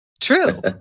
True